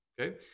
Okay